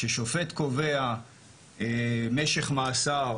כששופט קובע משך מאסר